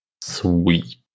Sweet